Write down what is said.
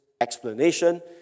explanation